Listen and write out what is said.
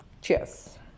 Cheers